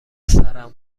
سرم